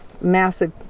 massive